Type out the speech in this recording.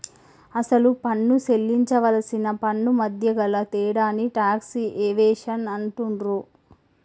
అసలు పన్ను సేల్లించవలసిన పన్నుమధ్య గల తేడాని టాక్స్ ఎవేషన్ అంటుండ్రు